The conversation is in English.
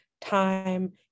time